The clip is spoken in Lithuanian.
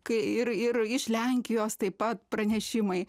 kai ir ir iš lenkijos taip pat pranešimai